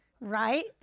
Right